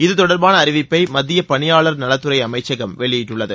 இதுதொடர்பான தொடர்பான அறிவிப்பை மத்திய பணியாளர் நலத்துறை அமைச்சகம் வெளியிட்டுள்ளது